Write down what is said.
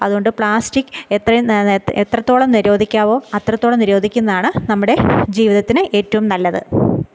അതുകൊണ്ട് പ്ലാസ്റ്റിക്ക് എത്രയും എത്രത്തോളം നിരോധിക്കാമോ അത്രത്തോളം നിരോധിക്കുന്നതാണ് നമ്മുടെ ജീവിതത്തിന് ഏറ്റവും നല്ലത്